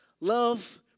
love